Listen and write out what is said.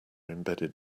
embedded